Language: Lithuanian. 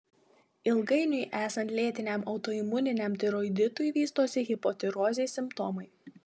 ilgainiui esant lėtiniam autoimuniniam tiroiditui vystosi hipotirozės simptomai